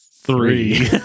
three